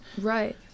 Right